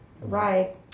Right